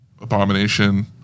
Abomination